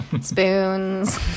spoons